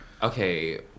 Okay